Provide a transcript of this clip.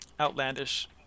outlandish